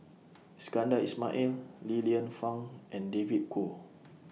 Iskandar Ismail Li Lienfung and David Kwo